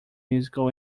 musical